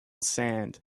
sand